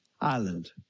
Island